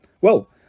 Well